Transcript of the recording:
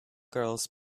girls